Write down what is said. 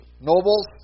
nobles